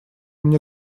мне